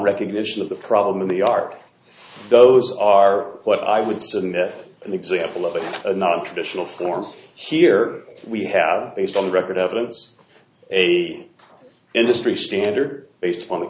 recognition of the problem of the art those are what i would say and an example of a nontraditional form here we have based on the record evidence a industry standard based on